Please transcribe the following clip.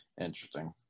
Interesting